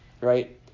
right